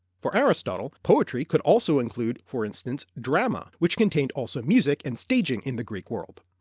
for aristotle, poetry could also include, for instance, drama, which contained also music and staging in the greek world.